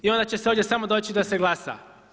I onda će se ovdje samo doći da se glasa.